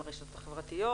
על רשתות חברתיות,